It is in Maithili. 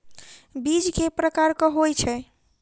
बीज केँ प्रकार कऽ होइ छै?